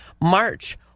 March